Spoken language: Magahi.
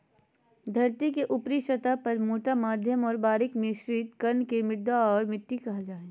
धरतीके ऊपरी सतह पर मोटा मध्यम और बारीक मिश्रित कण के मृदा और मिट्टी कहल जा हइ